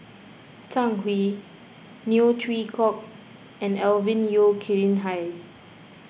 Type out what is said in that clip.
Zhang Hui Neo Chwee Kok and Alvin Yeo Khirn Hai